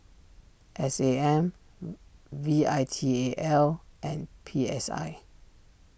S A M V I T A L and P S I